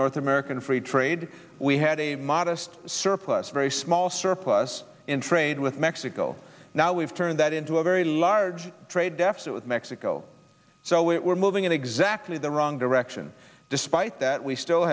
north american free trade we had a modest surplus very small surplus in trade with mexico now we've turned that into a very large trade deficit with mexico so we're moving in exactly the wrong direction despite that we still